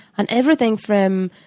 on everything from